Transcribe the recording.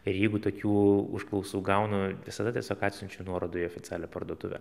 ir jeigu tokių užklausų gaunu visada tiesiog atsiunčiu nuorodą į oficialią parduotuvę